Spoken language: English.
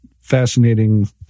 fascinating